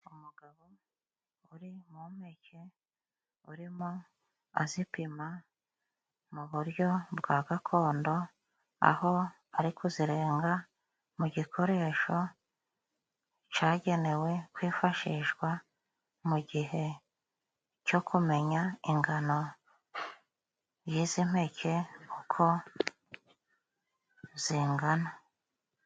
Umugabo uri mu mpeke urimo azipima mu buryo bwa gakondo, aho ari kuzirenga mu gikoresho cyagenewe kwifashishwa, mu gihe cyo kumenya ingano y'izi mpeke uko zingana.